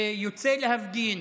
ויוצא להפגין,